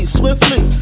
swiftly